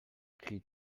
cri